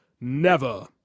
Never